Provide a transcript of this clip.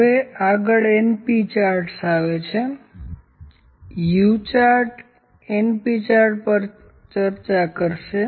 તો આગળ np chart આવે છે U ચાર્ટ np ચાર્ટ પર ચર્ચા કરશે